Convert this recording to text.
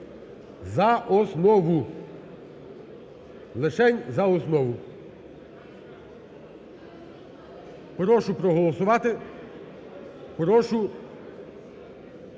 за основу. Лишень за основу. Прошу проголосувати. Прошу